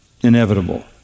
inevitable